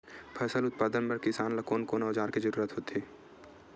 फसल उत्पादन बर किसान ला कोन कोन औजार के जरूरत होथे?